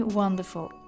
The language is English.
wonderful